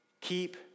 Keep